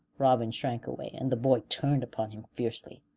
robin shrank away, and the boy turned upon him fiercely.